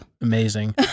amazing